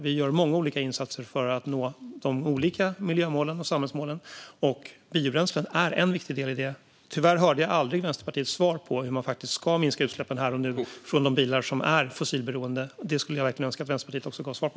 Vi gör många olika insatser för att nå de olika miljömålen och samhällsmålen, och biobränslen är en viktig del i det. Tyvärr hörde jag aldrig Vänsterpartiets svar på hur man faktiskt ska minska utsläppen här och nu från de bilar som är fossilberoende. Det skulle jag verkligen önska att Vänsterpartiet gav svar på.